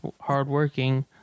hardworking